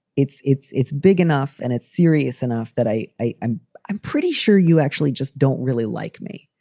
it's it's it's big enough and it's serious enough that i i i'm i'm pretty sure you actually just don't really like me.